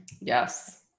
Yes